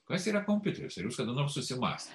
kas yra kompiuteris ar jūs kada nors susimąstėte